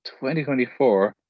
2024